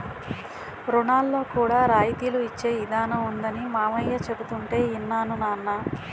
రుణాల్లో కూడా రాయితీలు ఇచ్చే ఇదానం ఉందనీ మావయ్య చెబుతుంటే యిన్నాను నాన్నా